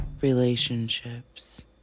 relationships